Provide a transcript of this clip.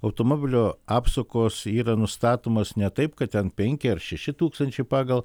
automobilio apsukos yra nustatomos ne taip kad ten penki ar šeši tūkstančiai pagal